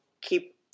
keep